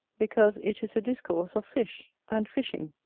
because it is a discourse of fish and fishing,